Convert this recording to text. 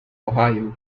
ohio